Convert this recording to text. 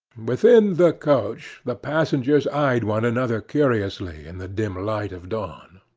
within the coach the passengers eyed one another curiously in the dim light of dawn.